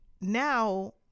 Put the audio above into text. now